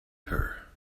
her